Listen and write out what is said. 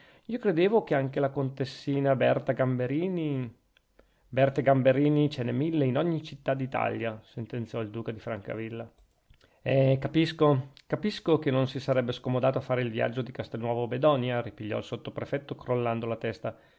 io credevo che anche la contessina berta gamberini berte gamberini ce n'è mille in ogni città d'italia sentenziò il duca di francavilla eh capisco capisco che non si sarebbe scomodato a far il viaggio di castelnuovo bedonia ripigliò il sottoprefetto crollando la testa